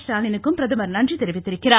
ஸ்டாலினுக்கும் பிரதமர் நன்றி தெரிவித்துள்ளார்